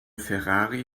ferrari